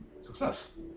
Success